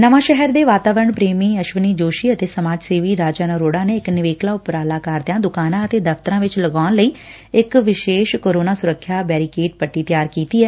ਨਵਾਂ ਸ਼ਹਿਰ ਦੇ ਵਾਤਾਵਰਣ ਪ੍ਰੇਮੀ ਅਸ਼ਵਨੀ ਜੋਸ਼ੀ ਅਤੇ ਸਮਾਜ ਸੇਵੀ ਰਾਜਨ ਅਰੋੜਾ ਨੇ ਇਕ ਨਿਵੇਕਲਾ ਉਪਰਾਲਾ ਕਰਦਿਆਂ ਦੁਕਾਨਾਂ ਅਤੇ ਦਫ਼ਤਰਾਂ ਵਿਚ ਲਗਾਉਣ ਲਈ ਇਕ ਵਿਸ਼ੇਸ਼ ਕੋਰੋਨਾ ਸੁਰੱਖਿਆ ਬੈਰੀਕੇਡ ਪੱਟੀ ਤਿਆਰ ਕੀਤੀ ਏ